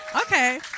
Okay